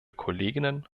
kolleginnen